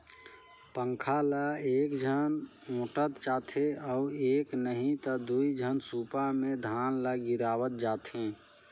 पंखा ल एकझन ओटंत जाथे अउ एक नही त दुई झन सूपा मे धान ल गिरावत जाथें